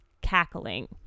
cackling